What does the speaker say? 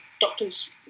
doctors